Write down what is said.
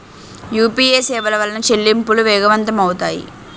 UPA సేవల వలన చెల్లింపులు వేగవంతం అవుతాయి